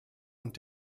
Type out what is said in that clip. und